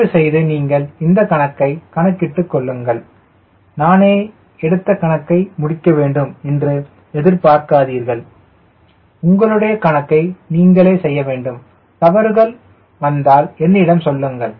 தயவுசெய்து நீங்கள் இந்த கணக்கை கணக்கிட்டுக் கொள்ளுங்கள் நானே எடுத்த கணக்கை முடிக்க வேண்டும் என்று எதிர்பார்க்காதீர்கள் உங்களுடைய கணக்கை நீங்களே செய்ய வேண்டும் தவறுகள் வந்தார் என்னிடம் சொல்லுங்கள்